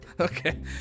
Okay